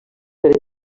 per